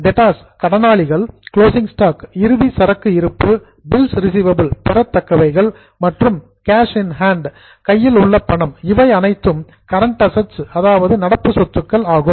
debtors கடனாளிகள் closing stock இறுதி சரக்கு இருப்பு பில்ஸ் ரிசிவபில்ஸ் பெறத்தக்கவைகள் மற்றும் கேஷ் இன் ஹேண்ட் கையில் உள்ள பணம் இவை அனைத்தும் கரண்ட அசட்ஸ் நடப்பு சொத்துக்கள் ஆகும்